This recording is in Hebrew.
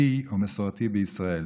דתי או מסורתי בישראל,